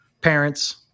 parents